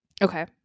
Okay